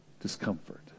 discomfort